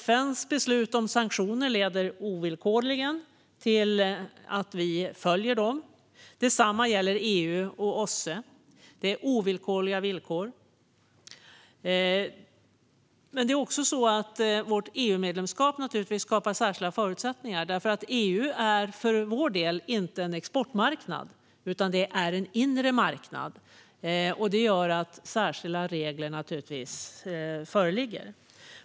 FN:s beslut om sanktioner följer vi ovillkorligen. Detsamma gäller EU och OSSE. Det är ovillkorliga villkor. Vårt EU-medlemskap skapar också särskilda förutsättningar. EU är för vår del inte en exportmarknad utan en inre marknad, och det gör att särskilda regler föreligger.